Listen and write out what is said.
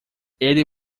ele